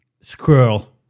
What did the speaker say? Squirrel